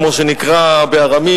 כמו שזב נקרא בארמית,